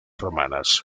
romanas